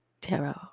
Tarot